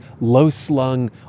low-slung